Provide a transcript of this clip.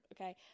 okay